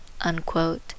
unquote